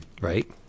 Right